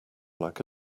like